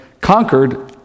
conquered